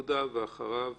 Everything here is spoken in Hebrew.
יהודה, ואחריו